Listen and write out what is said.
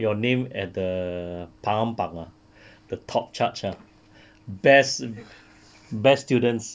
eh eh your name at the tawan park ah